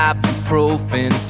Ibuprofen